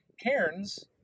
Cairns